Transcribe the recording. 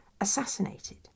assassinated